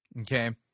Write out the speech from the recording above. Okay